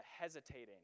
hesitating